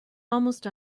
almost